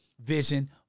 Vision